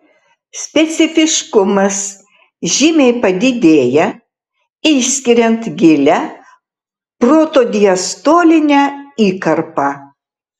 specifiškumas žymiai padidėja išskiriant gilią protodiastolinę įkarpą